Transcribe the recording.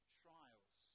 trials